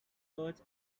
third